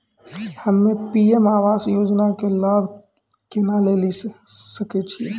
हम्मे पी.एम आवास योजना के लाभ केना लेली सकै छियै?